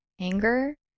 anger